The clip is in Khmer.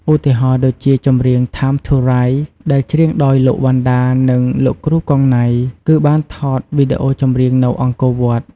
ឧទាហណ៍ដូចជាចម្រៀង "Time to Rise" ដែលច្រៀងដោយលោក វណ្ណដា និងលោកគ្រូ គង់ ណៃ គឺបានថតវីដេអូចម្រៀងនៅអង្គរវត្ត។